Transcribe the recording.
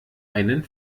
einen